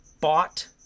bought